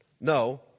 no